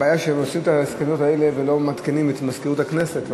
הבעיה שהם עושים את ההסכמים האלה ולא מעדכנים את מזכירות הכנסת,